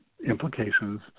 Implications